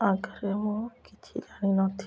ଆଗରେ ମୁଁ କିଛି ଜାଣିିନଥିଲି